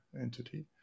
entity